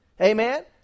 Amen